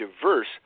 diverse